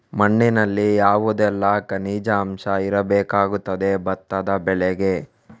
ಮಣ್ಣಿನಲ್ಲಿ ಯಾವುದೆಲ್ಲ ಖನಿಜ ಅಂಶ ಇರಬೇಕಾಗುತ್ತದೆ ಭತ್ತದ ಬೆಳೆಗೆ?